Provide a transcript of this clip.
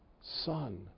son